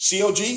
COG